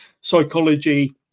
psychology